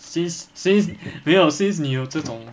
since since 没有 since 你有这种